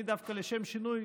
אני דווקא לשם שינוי